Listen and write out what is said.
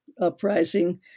uprising